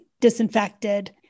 disinfected